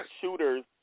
shooters